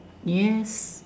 yes